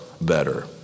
better